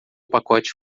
pacote